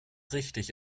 richtig